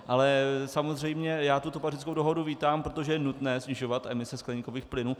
Ale samozřejmě tuto Pařížskou dohodu vítám, protože je nutné snižovat emise skleníkových plynů.